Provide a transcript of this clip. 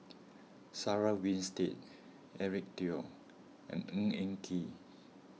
Sarah Winstedt Eric Teo and Ng Eng Kee